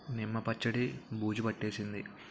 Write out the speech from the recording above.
నిమ్మ పచ్చడి బూజు పట్టేసింది